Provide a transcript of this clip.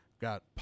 got